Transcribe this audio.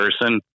person